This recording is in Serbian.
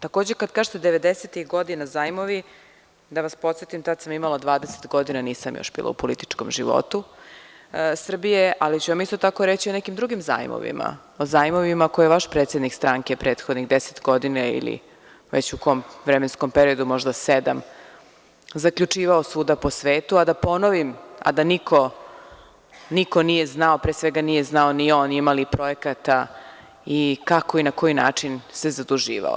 Takođe, kad kažete 90-ih godina, zajmovi, da vas podsetim tada sam imala 20 godina, nisam još bila u političkom životu Srbije, ali ću vam isto tako reći o nekim drugim zajmovima, o zajmovima koje je vaš predsednik stranke prethodnih 10 godina ili zavisi u kom vremenskom periodu, možda sedam, zaključivao svuda po svetu a da ponovim, a da niko, niko nije znao, pre svega nije znao ni on ima li projekata i kako i na koji način se zaduživao.